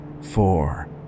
four